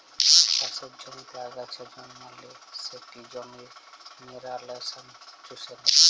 চাষের জমিতে আগাছা জল্মালে সেট জমির মিলারেলস চুষে লেই